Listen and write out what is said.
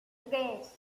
tres